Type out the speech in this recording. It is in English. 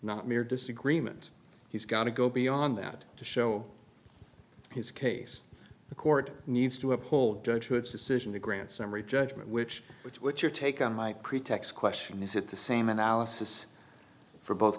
not mere disagreement he's got to go beyond that to show his case the court needs to uphold judge wood's decision to grant summary judgment which which what's your take on my pretext question is it the same analysis for both